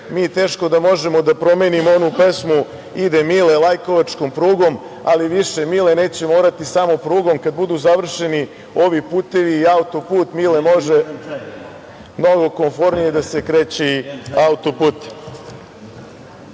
mi teško da možemo da promenimo onu pesmu „Ide Mile lajkovačkom prugom“, ali više Mile neće morati samo prugom kada budu završenui ovi putevi i autoput Mile može mnogo komfornije da se kreće i autoputem. Tako